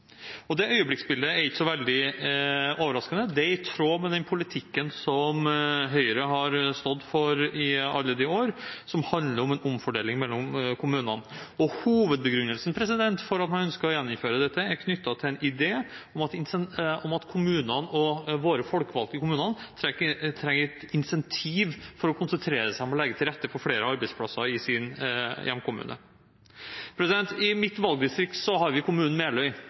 øyeblikksbilde. Det øyeblikksbildet er ikke så veldig overraskende. Det er i tråd med den politikken som Høyre har stått for i alle de år, som handler om en omfordeling mellom kommunene. Hovedbegrunnelsen for at man ønsker å gjeninnføre dette, er knyttet til en idé om at våre folkevalgte i kommunene trenger et incentiv for å konsentrere seg om å legge til rette for flere arbeidsplasser i sin hjemkommune. I mitt valgdistrikt har vi kommunen Meløy.